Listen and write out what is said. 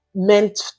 meant